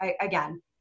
again